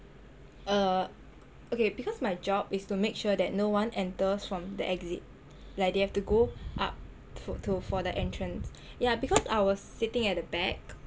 uh okay because my job is to make sure that no one enters from the exit like they have to go up to for the entrance yah because I was sitting at the back